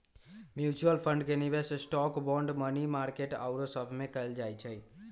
mutual fund के निवेश stock, bond, money market आउरो सभमें कएल जाइ छइ